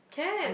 can